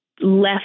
left